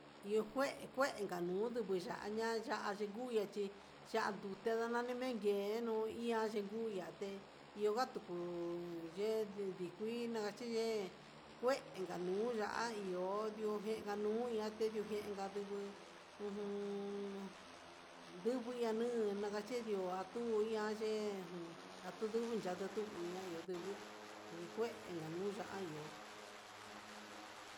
Ndio jue jue ndikanuu ndukiyaña yayi kuechí, ya tute nandame men kenuu iha chikuyate ndonan tuku, nduu yekue nuna chiye he kuenka nuu ya'á ahio ndio jeniu naté tendijena nduguu uun ndunguu nanu na'a ndachendio atuu, nduña nden jun atuyu nankachuka ña'a nuu nduvuu nikuen ka'a nuya ihó.